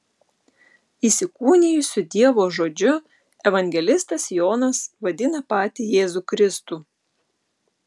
įsikūnijusiu dievo žodžiu evangelistas jonas vadina patį jėzų kristų